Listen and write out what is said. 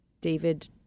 David